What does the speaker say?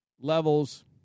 levels